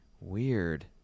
Weird